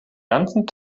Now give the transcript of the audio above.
ganzen